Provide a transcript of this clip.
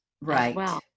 Right